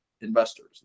investors